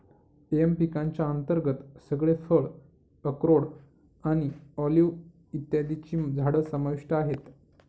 M पिकांच्या अंतर्गत सगळे फळ, अक्रोड आणि ऑलिव्ह इत्यादींची झाडं समाविष्ट आहेत